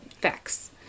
Facts